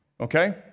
okay